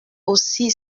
aussi